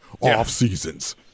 off-seasons